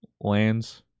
lands